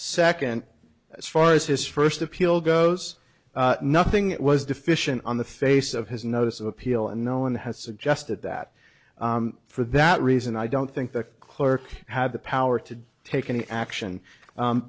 second as far as his first appeal goes nothing was deficient on the face of his notice of appeal and no one has suggested that for that reason i don't think the clerk had the power to take any action